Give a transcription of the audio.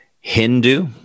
Hindu